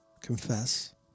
confess